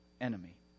enemy